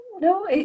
no